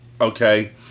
okay